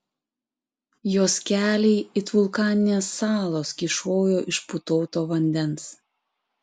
jos keliai it vulkaninės salos kyšojo iš putoto vandens